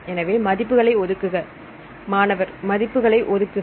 எனவே மதிப்புகளை ஒதுக்குக மாணவர்மதிப்புகளை ஒதுக்குக